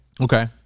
Okay